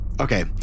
Okay